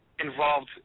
involved